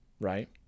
right